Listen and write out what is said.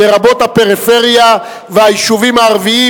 לרבות תושבי הפריפריה והיישובים הערביים,